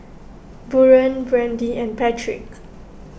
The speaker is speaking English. Buren Brandy and Patrick